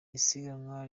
isiganwa